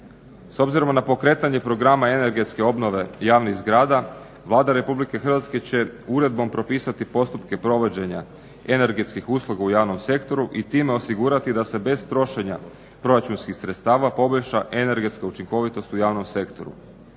S obzirom na pokretanje programa energetske obnove javnih zgrada Vlada Republike Hrvatske će uredbom propisati postupke provođenja energetskih usluga u javnom sektoru i time osigurati da se bez trošenja proračunskih sredstava poboljša energetska učinkovitost u javnom sektoru,